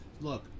Look